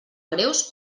greus